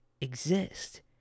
exist